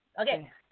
Okay